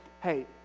hey